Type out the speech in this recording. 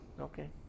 Okay